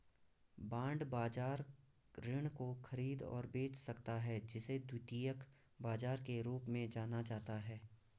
bond बाजार ऋण को खरीद और बेच सकता है जिसे द्वितीयक बाजार के रूप में जाना जाता है